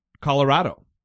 Colorado